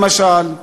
למשל,